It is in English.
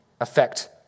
affect